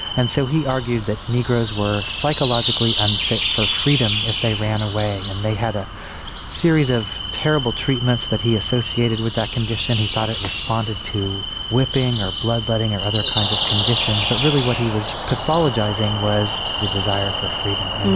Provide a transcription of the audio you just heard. and so he argued that negroes were psychologically unfit for freedom if they ran away, and they had a series of terrible treatments that he associated with that condition. he thought it responded to whipping or bloodletting or other kinds of conditions, but really what he was pathologising was the desire for freedom. and